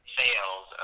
sales